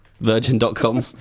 virgin.com